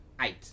eight